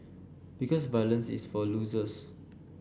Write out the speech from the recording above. because violence is for losers